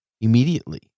immediately